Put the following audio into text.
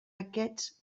aquests